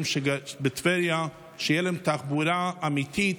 שגרים בטבריה כך שתהיה להם תחבורה אמיתית,